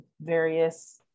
various